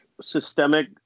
systemic